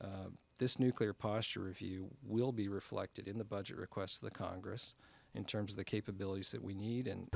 this nuclear posture review will be reflected in the budget request of the congress in terms of the capabilities that we need